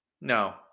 No